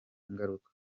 ingaruka